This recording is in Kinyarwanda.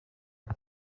ite